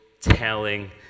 telling